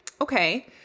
okay